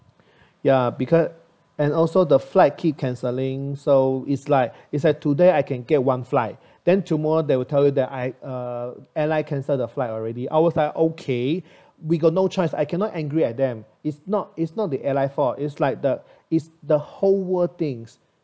ya becau~ and also the flight keep cancelling so is like is like today I can get one flight then tomorrow they will tell you that I uh airline cancel the flight already I was like okay we got no choice I cannot angry at them is not is not the airline fault is like the is the whole world things